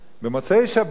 במוצאי-שבת,